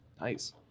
Nice